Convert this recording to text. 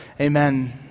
amen